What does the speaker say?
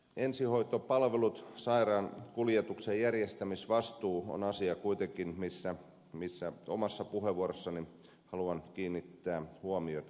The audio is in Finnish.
ensihoitopalvelut sairaankuljetuksen järjestämisvastuu on kuitenkin asia mihin omassa puheenvuorossani haluan kiinnittää huomiota